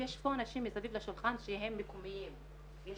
ויש פה אנשים מסביב לשולחן שהם מקומיים ויש